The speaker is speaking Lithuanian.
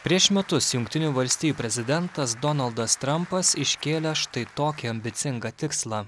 prieš metus jungtinių valstijų prezidentas donaldas trampas iškėlė štai tokį ambicingą tikslą